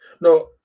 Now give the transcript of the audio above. no